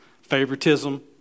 Favoritism